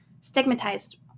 stigmatized